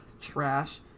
Trash